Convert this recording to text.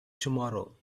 tomorrow